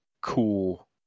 cool